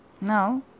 now